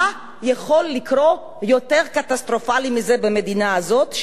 מה יכול לקרות יותר קטסטרופלי מזה במדינה הזאת,